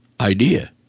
idea